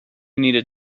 needed